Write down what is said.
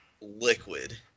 liquid